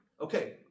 Okay